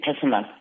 personal